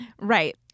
right